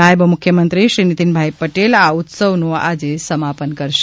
નાયબ મુખ્યમંત્રી શ્રી નીતિનભાઇ પટેલ આ ઉત્સવનું આજે સમાપન કરશે